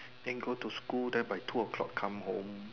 they go to school then by two o-clock come home